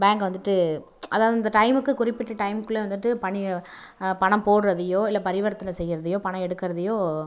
bank வந்துட்டு அதாவது இந்த டைம்க்கு குறிப்பிட்ட டைம்குள்ளே வந்துட்டு பணி பணம் போடுறதையோ இல்லை பரிவர்த்தனை செய்யறதையோ பணம் எடுக்கிறதையோ